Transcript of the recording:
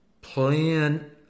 plan